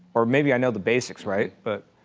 or maybe i know the basics, right? but,